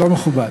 לא מכובד.